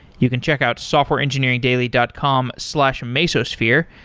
you can check out softwareengineeringdaily dot com slash mesosphere,